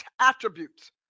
attributes